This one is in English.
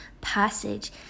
passage